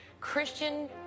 Christian